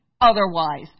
otherwise